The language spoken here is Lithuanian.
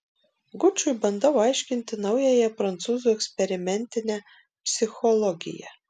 gučui bandau aiškinti naująją prancūzų eksperimentinę psichologiją